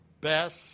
best